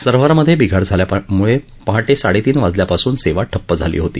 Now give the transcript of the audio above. सर्व्हरमध्ये बिघाड झाल्यामुळे पहाटे साडे तीन वाजल्यापासून सेवा ठप्प झाली होती